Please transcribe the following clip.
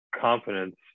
confidence